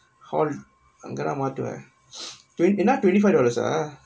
hall அங்கதா மாட்டுவே:angethaa maattuvae twent~ என்னா:enna twenty nine twenty five dollars ah